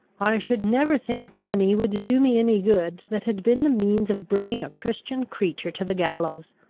i should never think money would do me any good that had been the means of bringing a christian creature to the gallows.